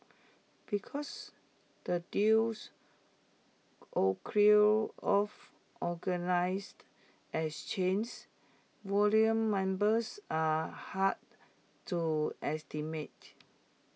because the deals off organised exchanges volume numbers are hard to estimate